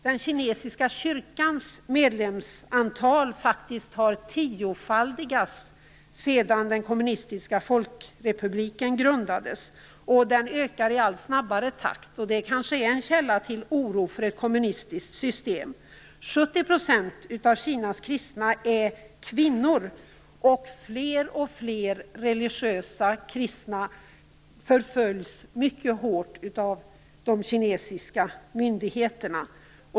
Den kinesiska kyrkans medlemsantal har faktiskt tiofaldigats sedan den kommunistiska folkrepubliken grundades, och den ökar i allt snabbare takt. Det kanske är en källa till oro för ett kommunistiskt system. 70 % av Kinas kristna är kvinnor, och fler och fler religiösa kristna förföljs mycket hårt av de kinesiska myndigheterna.